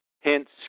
hence